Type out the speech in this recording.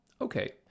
Okay